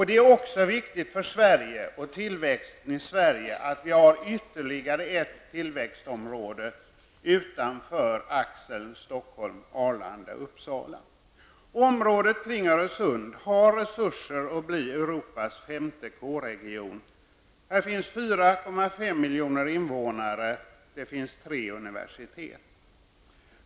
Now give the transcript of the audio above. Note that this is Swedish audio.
Det är också viktigt för tillväxten i Sverige att vi har ytterligare ett tillväxtområde utanför axeln Öresund har resurser att bli Europas femte K region. Här finns 4,5 miljoner invånare, och det finns tre universitet.